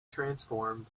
transformed